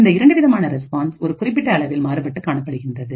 இந்த இரண்டு விதமானரெஸ்பான்ஸ் ஒரு குறிப்பிட்ட அளவில் மாறுபட்டு காணப்படுகிறது